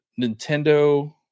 Nintendo